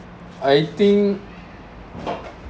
I think